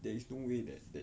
there is no way that that